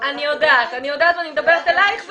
אני יודעת, אני מדברת אלייך.